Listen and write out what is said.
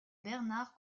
bernard